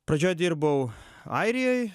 pradžioj dirbau airijoj